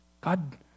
God